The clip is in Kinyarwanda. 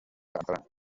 amafaranga